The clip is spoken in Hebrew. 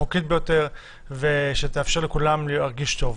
החוקית ביותר ושתאפשר לכולם להרגיש טוב.